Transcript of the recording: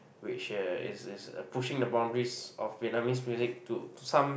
which uh is is uh pushing the boundaries of Vietnamese music to some